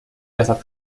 رسد